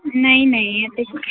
ਨਹੀਂ ਨਹੀਂ